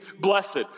blessed